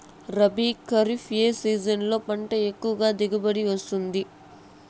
రబీ, ఖరీఫ్ ఏ సీజన్లలో పంట ఎక్కువగా దిగుబడి వస్తుంది